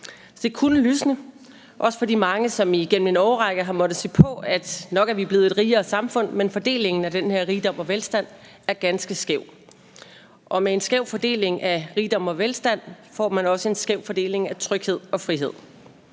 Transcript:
Det kunne lysne, også for de mange, som igennem en årrække har måttet se på, at nok er vi blevet et rigere samfund, men fordelingen af den her rigdom og velstand er ganske skæv, og med en skæv fordeling af rigdom og velstand får man også en skæv fordeling af tryghed og frihed.